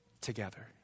together